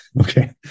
okay